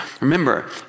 Remember